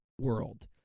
world